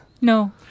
No